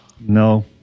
No